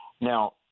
Now